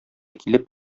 килеп